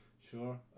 sure